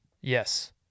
Yes